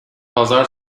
pazar